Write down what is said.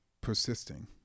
persisting